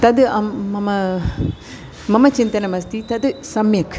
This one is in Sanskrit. तद् अम् मम मम चिन्तनम् अस्ति तद् सम्यक्